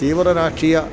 തീവ്ര രാഷ്ട്രീയ